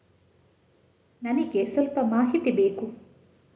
ನನಿಗೆ ಸ್ವಲ್ಪ ಮಾಹಿತಿ ಬೇಕು